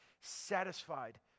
satisfied